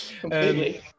Completely